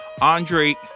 Andre